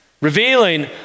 revealing